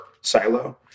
silo